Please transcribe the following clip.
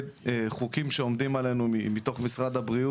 גם חלבי צריך להיות בהפרדה מבשרי.